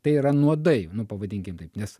tai yra nuodai nu pavadinkim taip nes